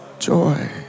Joy